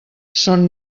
són